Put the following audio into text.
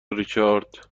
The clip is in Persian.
ریچارد